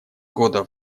года